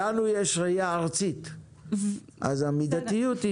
לנו יש ראייה ארצית אז המידתיות היא